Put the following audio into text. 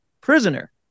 prisoner